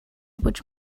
which